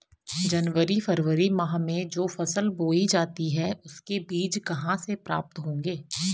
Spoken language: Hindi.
जनवरी फरवरी माह में जो फसल बोई जाती है उसके बीज कहाँ से प्राप्त होंगे?